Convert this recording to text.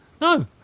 no